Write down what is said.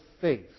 faith